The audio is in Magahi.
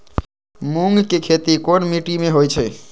मूँग के खेती कौन मीटी मे होईछ?